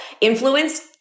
influenced